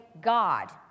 God